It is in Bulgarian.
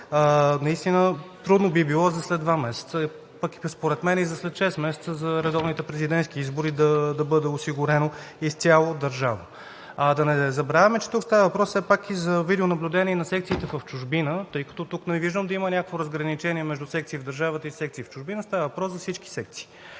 Наистина трудно би било за след два месеца, според мен и след шест месеца – за редовните президентски избори, да бъде осигурено изцяло държавно. Да не забравяме, че тук става въпрос все пак и за видеонаблюдение на секциите в чужбина, тъй като не виждам да има разграничение между секции в държавата и секции в чужбина, а става въпрос за всички секции.